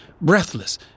breathless